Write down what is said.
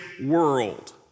world